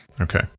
Okay